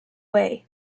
way